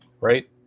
right